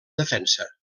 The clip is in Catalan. defensa